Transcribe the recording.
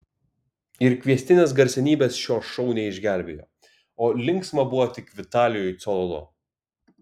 ir kviestinės garsenybės šio šou neišgelbėjo o linksma buvo tik vitalijui cololo